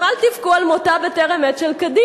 גם אל תבכו על מותה בטרם עת של קדימה,